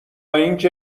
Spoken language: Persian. اینکه